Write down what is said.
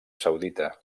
saudita